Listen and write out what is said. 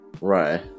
right